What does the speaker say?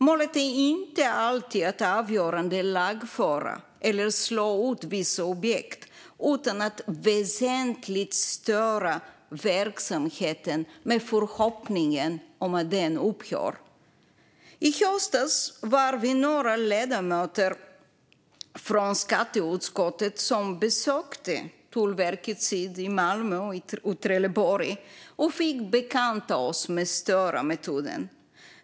Målet är inte alltid att avgörande lagföra eller slå ut vissa objekt utan att väsentligt störa verksamheten med förhoppningen att den upphör. I höstas var vi några ledamöter från skatteutskottet som besökte Tullverket Syd i Malmö och Trelleborg och fick bekanta oss med Störa-metoden.